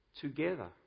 together